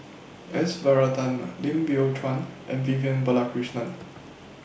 S Varathan Lim Biow Chuan and Vivian Balakrishnan